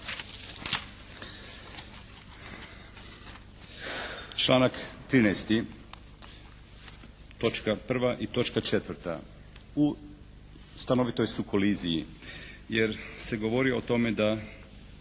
Članak 13. točka prva i točka četvrta u stanovitoj su koliziji, jer se govori o tome da